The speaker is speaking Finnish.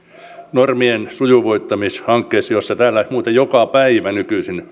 normien sujuvoittamishankkeessa josta täällä muuten joka päivä nykyisin